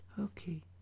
Okay